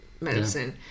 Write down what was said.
medicine